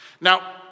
now